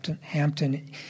Hampton